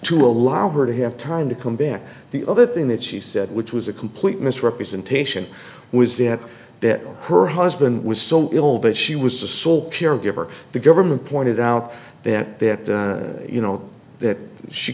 to allow her to have time to come back the other thing that she said which was a complete misrepresentation was it that her husband was so ill that she was the sole caregiver the government pointed out that that you know that she